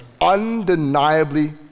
undeniably